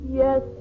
yes